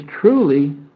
truly